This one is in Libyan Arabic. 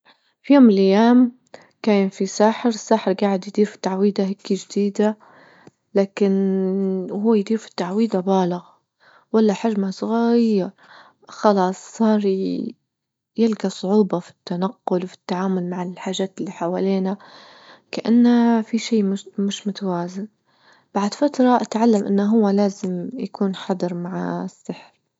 في يوم من الأيام كان في ساحر الساحر جاعد يضيف تعويذة هيكا جديدة لكن وهو يدير في التعويذة بالغ ولا حجمه صغير خلاص صار يلجى صعوبة في التنقل وفي التعامل مع الحاجات اللي حوالينا كأنها في شي مش-مش متوازن، بعد فترة أتعلم أنه هو لازم يكون حذر مع السحر.